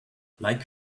like